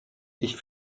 ich